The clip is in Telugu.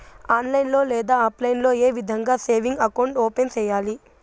ఆన్లైన్ లో లేదా ఆప్లైన్ లో ఏ విధంగా సేవింగ్ అకౌంట్ ఓపెన్ సేయాలి